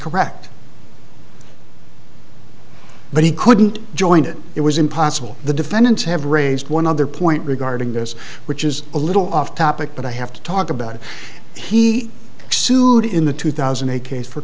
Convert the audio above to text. correct but he couldn't join it it was impossible the defendants have raised one other point regarding this which is a little off topic but i have to talk about he sued in the two thousand a case for